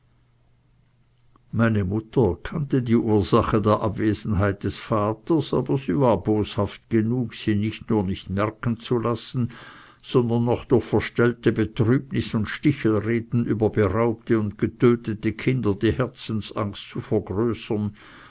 meine mutter kannte die ursache der abwesenheit des vaters aber sie war boshaft genug sie nicht nur nicht merken zu lassen sondern noch durch verstellte betrübnis und stichelreden über beraubte und getötete kinder die herzensangst zu vergrößern